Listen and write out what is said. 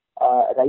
right